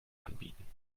anbieten